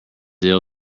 ill